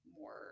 more